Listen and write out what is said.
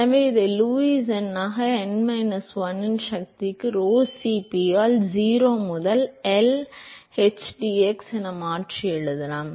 எனவே இதை லூயிஸ் எண்ணாக n மைனஸ் 1 இன் சக்திக்கு Rho Cp ஆல் 0 முதல் L hdx hdx என்று மாற்றி எழுதலாம்